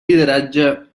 lideratge